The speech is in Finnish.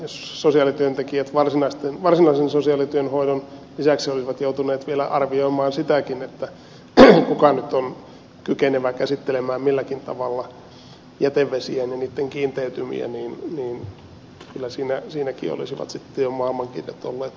jos sosiaalityöntekijät varsinaisen sosiaalityön hoidon lisäksi olisivat joutuneet vielä arvioimaan sitäkin kuka nyt on kykenevä käsittelemään milläkin tavalla jätevesiä ja niitten kiinteytymiä niin kyllä siinäkin olisivat sitten jo maailman kirjat olleet mullin mallin